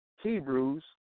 Hebrews